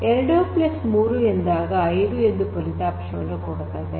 2 3 ಎಂದು ಕೊಟ್ಟಾಗ 5 ಎಂದು ಫಲಿತಾಂಶವನ್ನು ಕೊಡುತ್ತದೆ